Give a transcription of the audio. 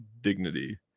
dignity